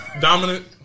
dominant